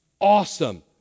awesome